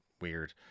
weird